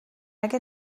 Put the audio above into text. اگه